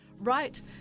Right